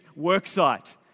worksite